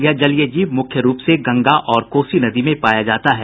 यह जलीय जीव मुख्य रूप से गंगा और कोसी नदी में पाया जाता है